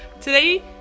Today